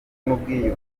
n’ubwiyunge